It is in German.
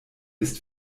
ist